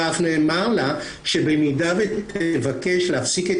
ואף נאמר לה שבמידה שתבקש להפסיק את